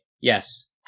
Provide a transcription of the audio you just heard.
yes